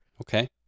Okay